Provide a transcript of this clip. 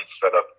setup